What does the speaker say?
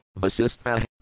Vasistha